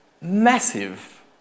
massive